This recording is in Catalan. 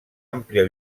àmplia